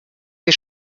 wir